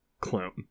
clone